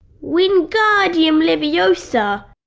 wingardium leviosa!